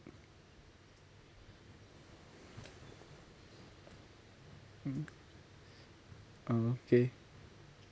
mmhmm oh okay